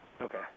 Okay